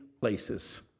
places